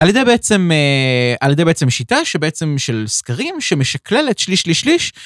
על ידי בעצם, על ידי בעצם שיטה שבעצם של סקרים שמשקללת שליש שליש שליש.